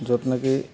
য'ত নেকি